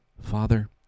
Father